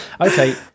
Okay